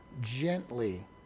gently